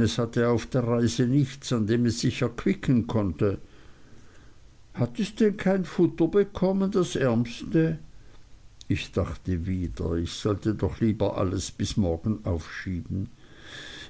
es hatte auf der reise nichts an dem es sich erquicken konnte hat es denn kein futter bekommen das ärmste ich dachte wieder ich sollte alles doch lieber bis morgen aufschieben